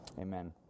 amen